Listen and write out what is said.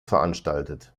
veranstaltet